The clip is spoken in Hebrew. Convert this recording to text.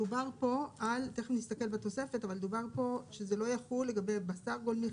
מדובר פה שזה לא יחול לגבי בשר גולמי,